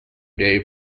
dairy